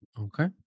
Okay